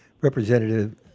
Representative